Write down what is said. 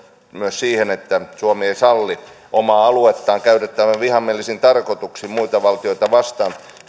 siihen että suomi ei salli omaa aluettaan käytettävän vihamielisiin tarkoituksiin muita valtioita vastaan